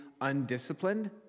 undisciplined